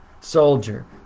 soldier